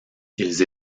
ils